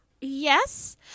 Yes